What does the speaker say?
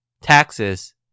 taxes